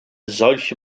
solche